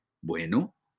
Bueno